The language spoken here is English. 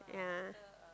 yeah